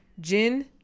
gin